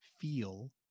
feel